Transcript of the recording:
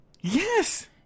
Yes